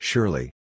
Surely